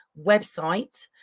website